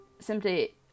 simply